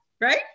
right